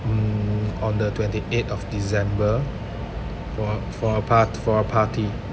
mm on the twenty eight of december for for a par~ for a party